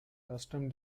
custom